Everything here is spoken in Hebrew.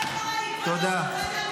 תודה.